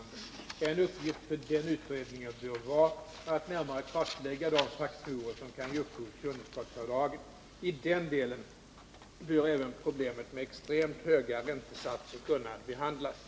En uppgift för denna utredning bör vara att närmare kartlägga de faktorer som kan ge upphov till underskottsavdragen. I den delen bör även problemet med extremt höga räntesatser kunna behandlas.